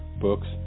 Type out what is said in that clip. books